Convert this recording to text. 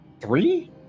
three